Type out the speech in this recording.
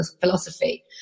philosophy